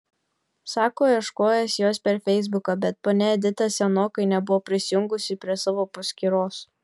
sako ieškojęs jos per feisbuką bet ponia edita senokai nebuvo prisijungusi prie savo paskyros